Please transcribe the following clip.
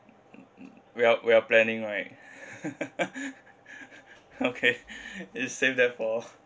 well well planning right okay you save that for